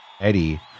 Eddie